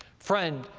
friend,